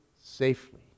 safely